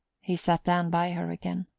he sat down by her again.